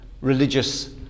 religious